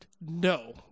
No